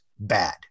bad